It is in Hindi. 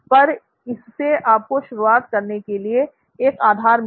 पर इससे आपको शुरुआत करने के लिए एक आधार मिला है